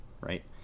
right